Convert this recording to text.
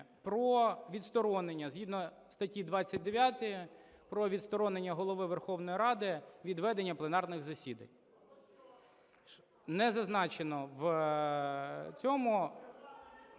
про відсторонення, згідно статті 29 про відсторонення Голови Верховної Ради від ведення пленарних засідань. Не зазначено в цьому…